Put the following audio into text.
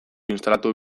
instalatu